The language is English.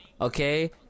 Okay